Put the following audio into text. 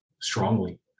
strongly